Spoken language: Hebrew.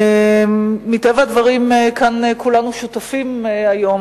מטבע הדברים כאן כולנו שותפים היום